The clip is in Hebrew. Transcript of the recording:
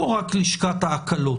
עורכת הדין טל פוקס, בוקר טוב.